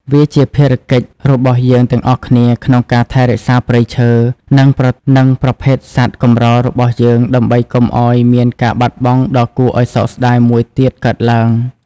វាជាភារកិច្ចរបស់យើងទាំងអស់គ្នាក្នុងការថែរក្សាព្រៃឈើ និងប្រភេទសត្វកម្ររបស់យើង ដើម្បីកុំឱ្យមានការបាត់បង់ដ៏គួរឱ្យសោកស្តាយមួយទៀតកើតឡើង។